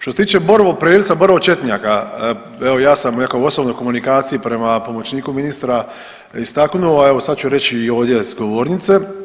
Što se tiče borov prelca, borov četnjaka evo ja sam u nekoj osobnoj komunikaciji prema pomoćniku ministra istaknuo, a evo sad ću reći i ovdje s govornice.